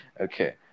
Okay